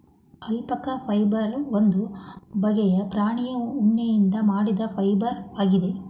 alpaca fibre ಒಂದು ಬಗ್ಗೆಯ ಪ್ರಾಣಿಯ ಉಣ್ಣೆಯಿಂದ ಮಾಡಿದ ಫೈಬರ್ ಆಗಿದೆ